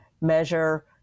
measure